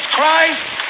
Christ